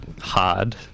hard